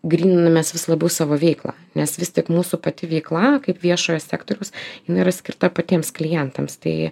gryninamės vis labiau savo veiklą nes vis tik mūsų pati veikla kaip viešojo sektoriaus jinai yra skirta patiems klientams tai